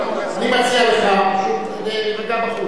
אני מציע לך להירגע בחוץ.